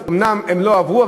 אומנם לא עברו,